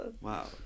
wow